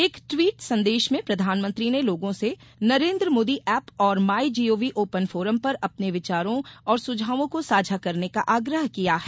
एक ट्वीट संदेश में प्रधानमंत्री ने लोगों से नरेन्द्र मोदी एप और my G O V open forum पर अपने विचारों और सुझावों को साझा करने का आग्रह किया है